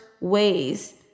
ways